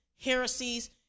heresies